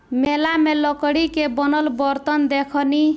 मेला में लकड़ी के बनल बरतन देखनी